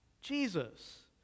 Jesus